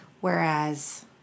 Whereas